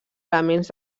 elements